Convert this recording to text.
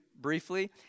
briefly